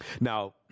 Now